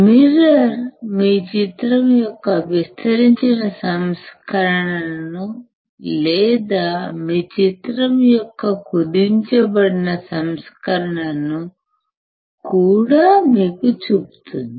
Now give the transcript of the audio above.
mirror మీ చిత్రం యొక్క విస్తరించిన సంస్కరణను లేదా మీ చిత్రం యొక్క కుదించబడిన సంస్కరణను కూడా మీకు చూపుతుంది